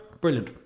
Brilliant